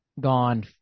gone